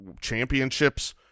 championships